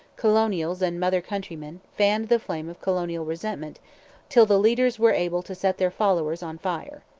colonials and mother-countrymen, fanned the flame of colonial resentment till the leaders were able to set their followers on fire.